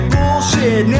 Bullshit